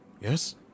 Yes